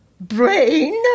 brain